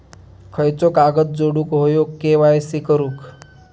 खयचो कागद जोडुक होयो के.वाय.सी करूक?